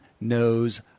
knows